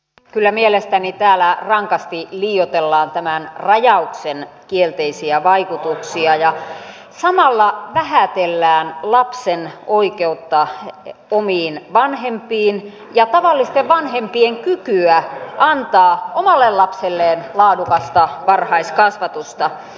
kyllä mielestäni täällä rankasti liioitellaan tämän rajauksen kielteisiä vaikutuksia ja samalla vähätellään lapsen oikeutta omiin vanhempiinsa ja tavallisten vanhempien kykyä antaa omalle lapselleen laadukasta varhaiskasvatusta